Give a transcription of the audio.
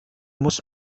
muss